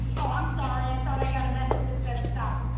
oh i'm sorry, i thought i got a message that said stop.